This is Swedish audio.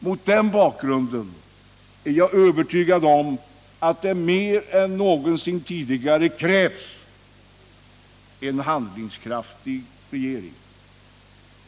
Mot den bakgrunden är jag övertygad om att det mer än någonsin tidigare krävs en handlingskraftig regering.